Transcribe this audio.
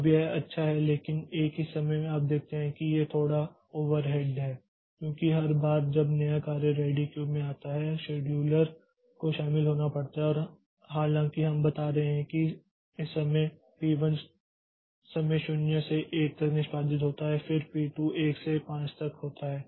अब यह अच्छा है लेकिन एक ही समय में आप देखते हैं कि यह थोड़ा ओवरहेड है क्योंकि हर बार जब नया कार्य रेडी क्यू में आता है शेड्यूलर को शामिल होना पड़ता है और हालांकि हम बता रहे हैं कि इस समय P 1 समय 0 से 1 तक निष्पादित होता है और फिर P 2 1 से 5 तक होता है